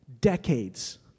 Decades